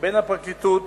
בין הפרקליטות